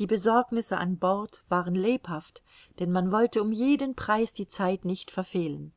die besorgnisse an bord waren lebhaft denn man wollte um jeden preis die zeit nicht verfehlen